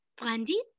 brandy